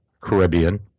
Caribbean